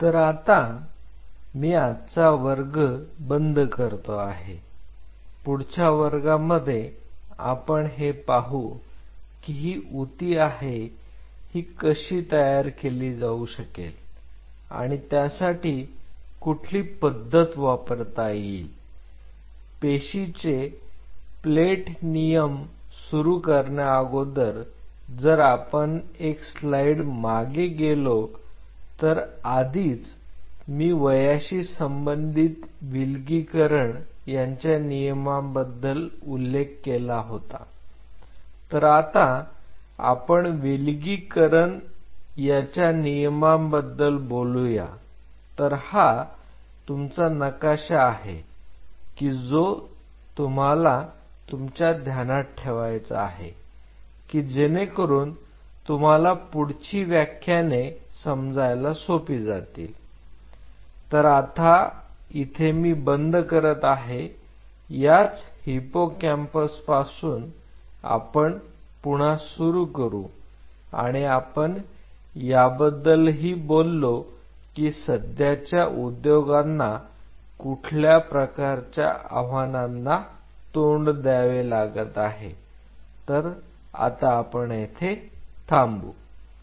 तर आता मी आजचा वर्ग बंद करतो आहे पुढच्या वर्गामध्ये आपण हे पाहू की ही ऊती आहे ही कशी तयार केली जाऊ शकेल आणि त्यासाठी कुठली पद्धत वापरता येईल पेशीचे प्लेट नियम सुरू करण्याअगोदर जर आपण एक स्लाईड मागे गेलो तर आधीच मी वयाशी संबंधित विलगीकरण यांच्या नियमांबद्दल उल्लेख केला होता तर आता आपण विलगीकरण याच्या नियमांबद्दल बोलूया तर हा तुमचा नकाशा आहे की जो तुम्हाला तुमच्या ध्यानात ठेवायचा आहे की जेणेकरून तुम्हाला पुढची व्याख्याने समजायला सोपे जातील तर आता मी इथे बंद करत आहे याच हिप्पोकॅम्पस पासून आपण पुन्हा सुरू करू आणि आपण याबद्दलही बोललो की सध्याच्या उद्योगांना कुठल्या प्रकारच्या आव्हानांना तोंड द्यावे लागत आहे तर आता आपण येथे थांबू